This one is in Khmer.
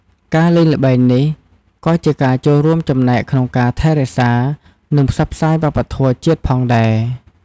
ការលេងល្បែងនេះ ក៏ជាការចូលរួមចំណែកក្នុងការថែរក្សា និងផ្សព្វផ្សាយវប្បធម៌ជាតិផងដែរ។